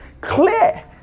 Clear